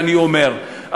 ואני אומר,